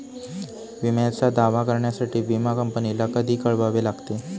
विम्याचा दावा करण्यासाठी विमा कंपनीला कधी कळवावे लागते?